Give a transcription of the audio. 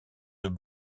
œufs